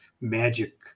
magic